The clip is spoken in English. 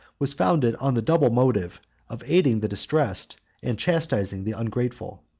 was founded on the double motive of aiding the distressed, and chastising the ungrateful.